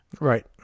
Right